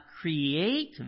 create